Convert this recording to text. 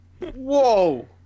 Whoa